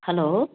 hello